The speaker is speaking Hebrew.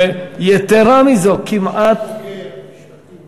ויתרה מזאת, כמעט, יש בוגר משפטים